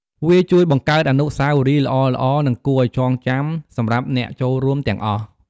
វាជួយបង្កើតអនុស្សាវរីយ៍ល្អៗ និងគួរឲ្យចងចាំសម្រាប់អ្នកចូលរួមទាំងអស់។